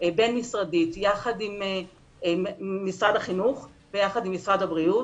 בין-משרדית יחד עם משרד החינוך ויחד עם משרד הבריאות.